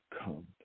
come